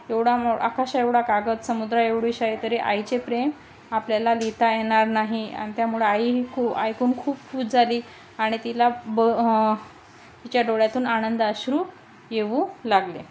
एवढा आकाश एवढा कागद समुद्रा एवढी शे तरी आईचे प्रेम आपल्याला लिता येनार नाही आन त्यामुळं आईही खू ऐकून खूप खूश झाली आणि तिला बिच्या डोळ्यातून आणंद अश्रू येऊ लागले